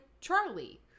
Charlie